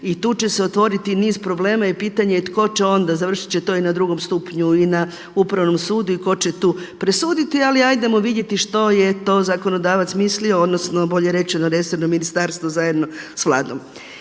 i tu će se otvoriti niz problema i pitanje je tko će onda, završit će to i na drugom stupnju i na Upravnom sudu i tko će tu presuditi. Ali hajdemo vidjeti što je to zakonodavac mislio, odnosno bolje rečeno resorno ministarstvo zajedno sa Vladom.